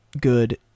good